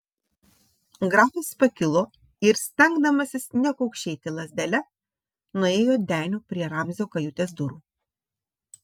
grafas pakilo ir stengdamasis nekaukšėti lazdele nuėjo deniu prie ramzio kajutės durų